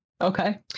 Okay